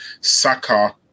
Saka